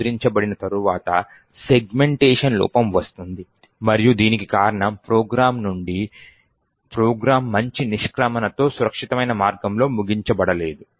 ముద్రించబడిన తర్వాత సెగ్మెంటేషన్ లోపం వస్తుంది మరియు దీనికి కారణం ప్రోగ్రామ్ మంచి నిష్క్రమణతో సురక్షితమైన మార్గంలో ముగించబడలేదు